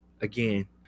Again